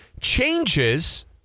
changes